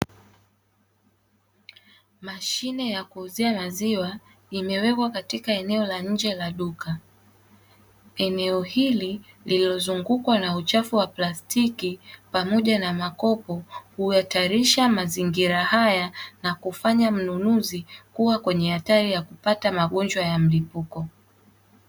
Mashine ya kuuzia maziwa imewekwa katika eneo la nje la duka. Eneo hili lililozungukwa na uchafu wa plastiki pamoja na makopo huhatarisha mazingira haya, na kufanya mnunuzi kuwa kwenye hatari ya kupata magonjwa ya mlipuko.